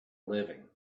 living